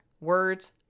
Words